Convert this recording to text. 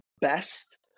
best